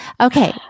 Okay